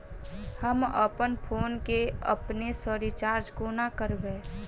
हम अप्पन फोन केँ अपने सँ रिचार्ज कोना करबै?